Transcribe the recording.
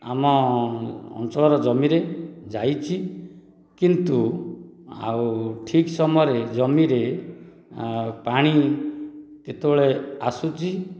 ଆମ ଅଞ୍ଚଳର ଜମିରେ ଯାଇଛି କିନ୍ତୁ ଆଉ ଠିକ୍ ସମୟରେ ଜମିରେ ପାଣି କେତେବେଳେ ଆସୁଛି